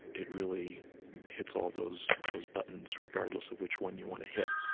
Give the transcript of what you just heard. it really hits all those those buttons, regardless of which one you want to hit.